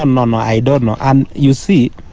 um um i don't know. and you see,